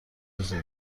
روزی